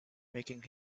making